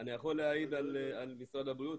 אני יכול להעיד על משרד הבריאות,